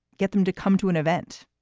get them to come to an event,